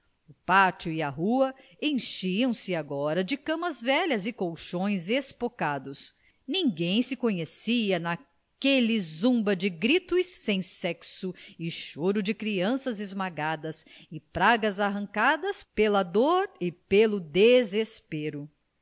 pátio e a rua enchiam se agora de camas velhas e colchões espocados ninguém se conhecia naquela zumba de gritos sem nexo e choro de crianças esmagadas e pragas arrancadas pela dor e pelo desespero